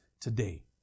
today